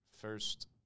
first –